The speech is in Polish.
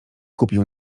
kupił